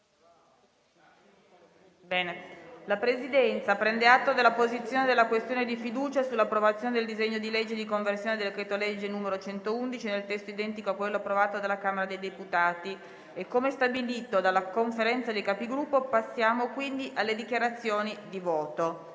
La Presidenza prende atto della posizione della questione di fiducia sull'approvazione del disegno di legge di conversione del decreto-legge n. 111, nel testo identico a quello approvato dalla Camera dei deputati. Come stabilito dalla Conferenza dei Capigruppo, passiamo alla votazione